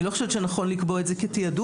אני לא חושבת שנכון לקבוע את זה כתעדוף.